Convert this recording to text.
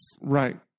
Right